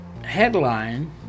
headline